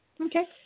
Okay